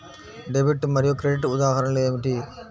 Debit మరియు credit ఉదాహరణలు ఏమిటీ?